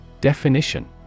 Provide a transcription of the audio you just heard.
Definition